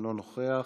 אינו נוכח.